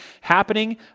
happening